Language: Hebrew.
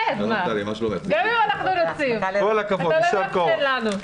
קורה כל פעם שאחד מהליכוד אני לא יכול לערער עליו מהבחינה החברתית.